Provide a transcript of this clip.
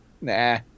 nah